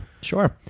Sure